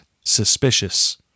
suspicious